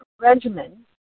regimen